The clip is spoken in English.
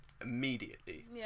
immediately